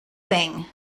thing